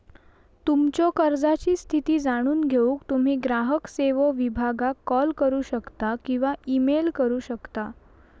तुमच्यो कर्जाची स्थिती जाणून घेऊक तुम्ही ग्राहक सेवो विभागाक कॉल करू शकता किंवा ईमेल करू शकता